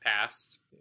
past